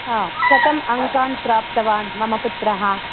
हा कथम् अङ्कान् प्राप्तवान् मम पुत्रः